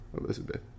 Elizabeth